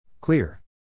Clear